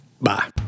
Bye